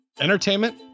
Entertainment